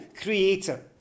creator